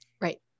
Right